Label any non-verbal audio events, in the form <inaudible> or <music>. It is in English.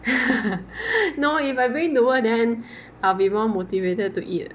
<laughs> no if I bring to work then I'll be more motivated to eat